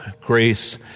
grace